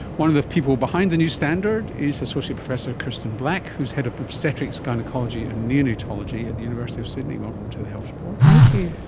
one of the people behind the new standard is associate professor kirsten black who is head of obstetrics, gynaecology and neonatology at the university of sydney. welcome to the health report. thank you.